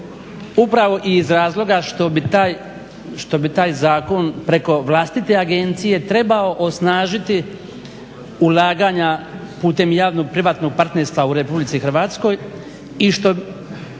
upravo iz razloga što bi taj zakon preko vlastite agencije trebao osnažiti ulaganja putem javno privatnog partnerstva u Republici Hrvatskoj i što ono